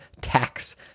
tax